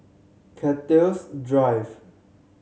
Cactus Drive